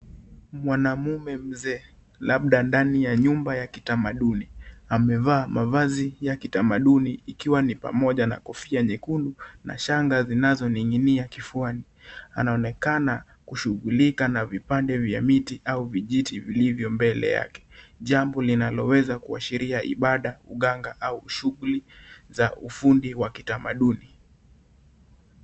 Mwanamume mzee, labda ndani ya nyumba ya kitamaduni, amevaa mavazi ya kitamaduni ikiwa ni pamoja na kofia nyekundu na shanga zinazoning'inia kifuani. Anaonekana kushughulika na vipande vya miti au vijiti vilivyo mbele yake. Jambo linaloweza kuashiria ibada, uganga au shughuli za ufundi wa kitamaduni.